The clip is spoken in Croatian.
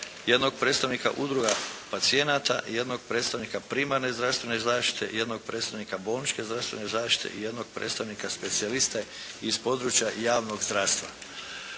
jednog predstavnika udruga pacijenata, jednog predstavnika primarne zdravstvene zaštite, jednog predstavnika bolničke zdravstvene zaštite i jednog predstavnika specijalista iz područja javnog zdravstva.